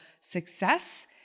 Success